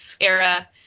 era